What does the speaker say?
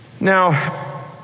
Now